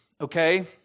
okay